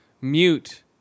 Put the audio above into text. Mute